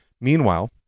Meanwhile